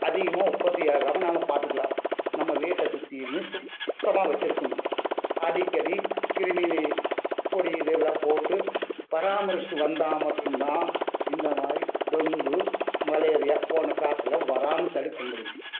அதிகமாக உற்பத்தி ஆகாமல் நம்ம பார்த்துக்குலாம் நம்ம வீட்டை சுற்றியுமே சுத்தமாக வச்சிருக்குணும் அடிக்கடி கிரிமினி பொடி இதெல்லாம் போட்டு பராமரிச்சிகிட்டு வந்தால் மட்டுந்தான் இந்தமாதிரி டொங்கு மலேரியா போன்ற காய்ச்சலை வராமல் தடுக்க முடியும்